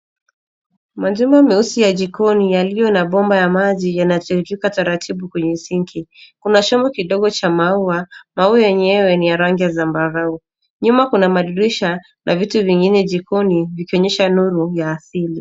Majumba meusi ya jikoni yaliyo na bomba ya maji yanatiririka taratibu kwenye sink . Kuna chombo kidogo cha maua. Maua yenyewe ni ya rangi ya zambarau. Nyuma kuna madirisha na vitu vingine jikoni vikionyesha nuru ya asili.